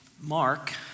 Mark